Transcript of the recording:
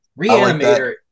Reanimator